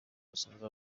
basanze